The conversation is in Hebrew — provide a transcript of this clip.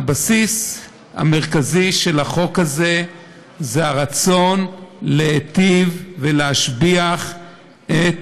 הבסיס המרכזי של החוק הזה זה הרצון להיטיב ולהשביח את